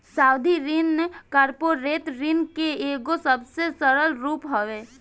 सावधि ऋण कॉर्पोरेट ऋण के एगो सबसे सरल रूप हवे